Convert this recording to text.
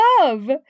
love